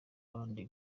n’abandi